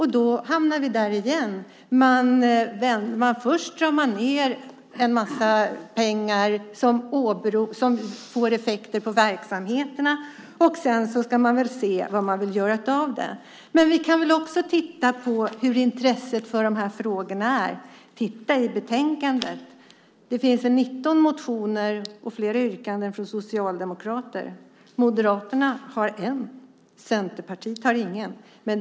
Då hamnar vi där igen. Först drar man in en massa pengar som får effekter på verksamheterna. Sedan ska man se vad man vill göra av det. Vi kan titta på hur intresset för dessa frågor är i betänkandet. Det finns 19 motioner och flera yrkanden från Socialdemokraterna, Moderaterna har en, Centerpartiet har ingen.